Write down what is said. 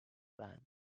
ban